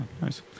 nice